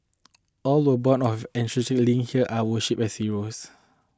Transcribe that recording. all were born or have ancestral links here are worshipped as heroes